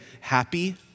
happy